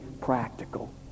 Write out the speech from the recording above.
practical